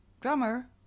drummer